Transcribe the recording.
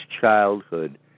childhood